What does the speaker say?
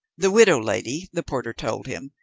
the widow lady, the porter told him,